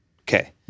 okay